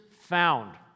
found